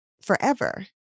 forever